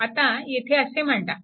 आता येथे असे मांडा